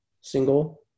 single